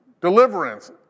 deliverance